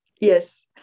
Yes